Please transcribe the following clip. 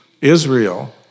Israel